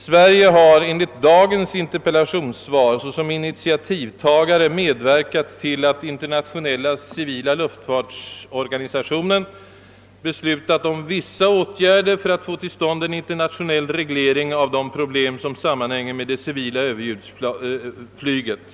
Sverige har enligt dagens interpellationssvar såsom initiativtagare medverkat till att Internationella civila luftfartsorganisationen beslutat om vissa åtgärder för att få till stånd en internationell reglering av de problem som sammanhänger med det civila överljudsflyget.